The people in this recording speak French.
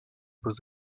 beaux